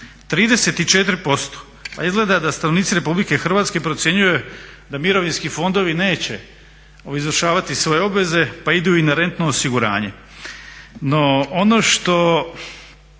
34%. Pa izgleda da stanovnici RH procjenjuju da mirovinski fondovi neće izvršavati svoje obveze pa idu i na rentno osiguranje. No ono što